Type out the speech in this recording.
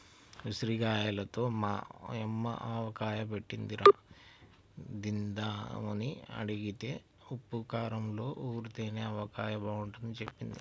ఉసిరిగాయలతో మా యమ్మ ఆవకాయ బెట్టిందిరా, తిందామని అడిగితే ఉప్పూ కారంలో ఊరితేనే ఆవకాయ బాగుంటదని జెప్పింది